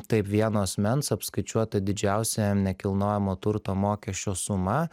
taip vieno asmens apskaičiuota didžiausia nekilnojamo turto mokesčio suma